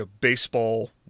baseball